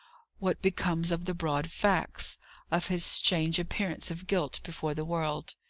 what becomes of the broad facts of his strange appearance of guilt before the world?